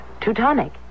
Teutonic